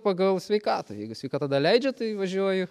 pagal sveikatą jeigu sveikata da leidžia tai važiuoju